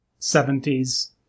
70s